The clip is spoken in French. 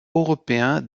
européen